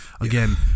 Again